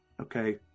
okay